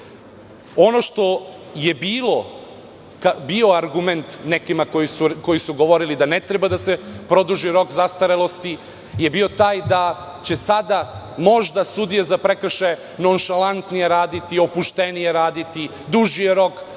Ono što je bio argument nekima koji su govorili da ne treba da se produži rok zastarelosti je to da će sada možda sudije za prekršaje nonšalantnije raditi, opuštenije, duži je rok